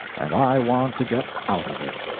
and i want to get out of it.